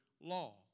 Law